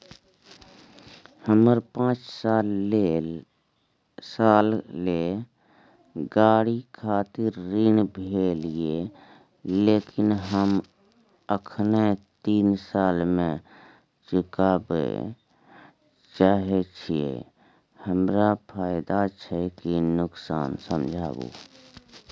हमर पाँच साल ले गाड़ी खातिर ऋण भेल ये लेकिन हम अखने तीन साल में चुकाबे चाहे छियै हमरा फायदा छै की नुकसान समझाबू?